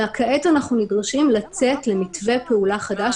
אלא כעת אנחנו נדרשים לצאת למתווה פעולה חדש